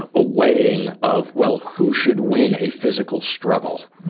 ah a weighing of, well who should win a physical struggle.